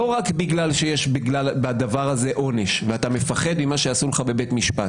לא רק בגלל שיש בדבר הזה עונש ואתה מפחד ממה שיעשו לך בבית המשפט